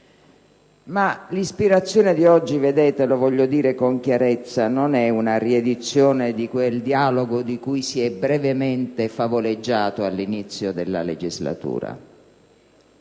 l'ispirazione di oggi, lo voglio dire con chiarezza, non è una riedizione di quel dialogo di cui si è brevemente favoleggiato all'inizio della legislatura: